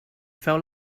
feu